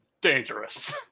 dangerous